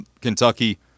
Kentucky